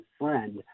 friend